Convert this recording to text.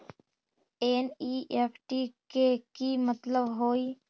NEFT के कि मतलब होइ?